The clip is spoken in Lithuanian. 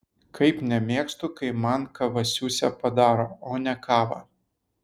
kaip nemėgstu kai man kavasiusę padaro o ne kavą